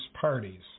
parties